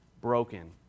broken